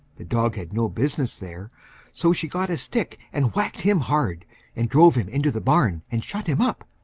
the dog had no business there so she got a stick and whacked him hard and drove him into the barn and shut him up.